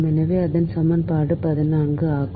எனவே இது சமன்பாடு 14 ஆகும்